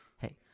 Hey